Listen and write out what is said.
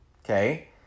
Okay